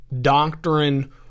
doctrine